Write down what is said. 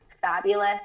fabulous